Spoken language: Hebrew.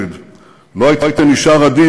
המסר עבר